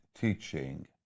teaching